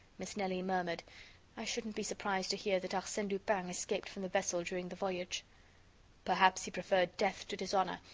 miss nelly murmured i shouldn't be surprised to hear that arsene lupin escaped from the vessel during the voyage perhaps he preferred death to dishonor,